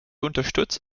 unterstützt